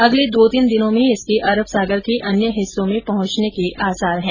अगले दो तीन दिनों में इसके अरब सागर के अन्य हिस्सों में पहुंचने के आसार हैं